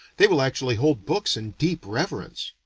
they will actually hold books in deep reverence.